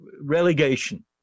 relegation